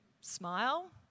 smile